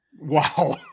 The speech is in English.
Wow